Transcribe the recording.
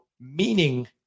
meaning